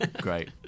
Great